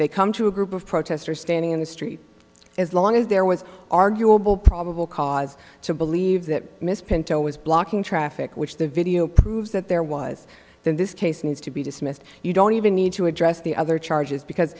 they come to a group of protesters standing in the street as long as there was arguable probable cause to believe that miss pinto was blocking traffic which the video proves that there was in this case needs to be dismissed you don't even need to address the other charges because